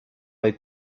hay